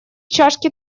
чашки